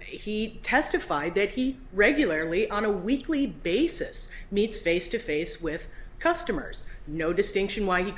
he testified that he regularly on a weekly basis meets face to face with customers no distinction why he